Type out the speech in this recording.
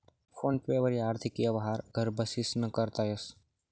phone पे वरी आर्थिक यवहार घर बशीसन करता येस